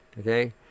okay